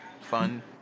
Fun